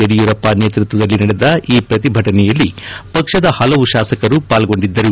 ಯಡಿಯೂರಪ್ಪ ನೇತೃತ್ವದಲ್ಲಿ ನಡೆದ ಈ ಪ್ರತಿಭಟನೆಯಲ್ಲಿ ಪಕ್ಷದ ಹಲವು ಶಾಸಕರು ಪಾಲ್ಗೊಂಡಿದರು